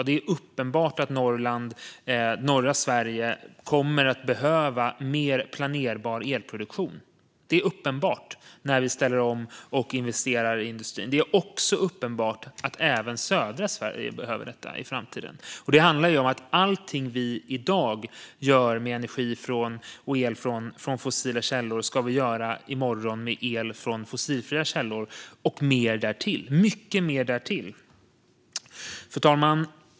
Det är uppenbart att norra Sverige kommer att behöva mer planerbar elproduktion. Detta är uppenbart när vi ställer om och investerar i industrin. Det är också uppenbart att även södra Sverige behöver detta i framtiden. Det handlar om att allt vi i dag gör med energi och el från fossila källor ska vi i morgon göra med el från fossilfria källor, och mer därtill - mycket mer. Fru talman!